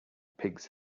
pigs